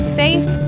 faith